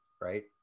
right